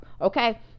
Okay